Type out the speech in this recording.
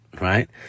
right